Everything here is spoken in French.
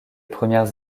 premières